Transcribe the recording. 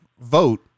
vote